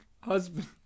husband